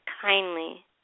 kindly